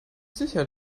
sicher